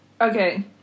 Okay